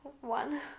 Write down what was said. one